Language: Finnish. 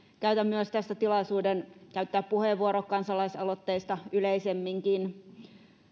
käytän myös tässä tilaisuuden käyttää puheenvuoro kansalaisaloitteista yleisemminkin